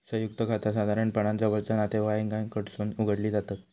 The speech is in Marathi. संयुक्त खाता साधारणपणान जवळचा नातेवाईकांकडसून उघडली जातत